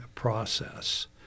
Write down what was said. process